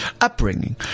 Upbringing